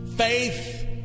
Faith